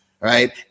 right